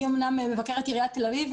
אני אמנם מבקרת עיריית תל אביב,